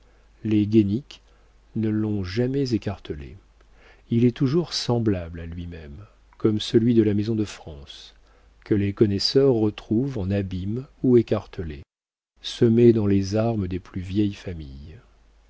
les guaisnic ne l'ont jamais écartelé il est toujours semblable à lui-même comme celui de la maison de france que les connaisseurs retrouvent en abîme ou écartelé semé dans les armes des plus vieilles familles